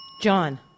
John